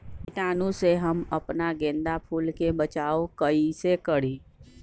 कीटाणु से हम अपना गेंदा फूल के बचाओ कई से करी?